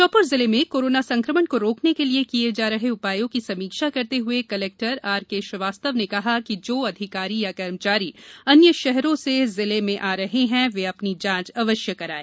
श्योपुर जिले में कोरोना संक्रमण को रोकने के लिए किये जा रहे उपायों की समीक्षा करते हुए कलेक्टर आर के श्रीवास्तव ने कहा कि जो अधिकारीकर्मचारी अन्य शहरों से जिले आ रहे हैं वे अपनी जांच अवश्य कराये